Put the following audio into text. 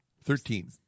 Thirteen